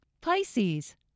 Pisces